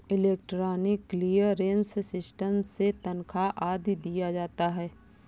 electronic clearance system से तनख्वा आदि दिया जाता है